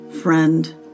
friend